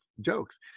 jokes